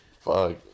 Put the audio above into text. Fuck